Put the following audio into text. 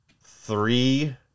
three